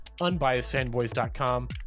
unbiasedfanboys.com